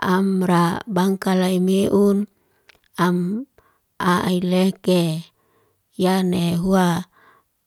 Amra bangkalai meun, am a'i leke. Yane hua